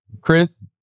Chris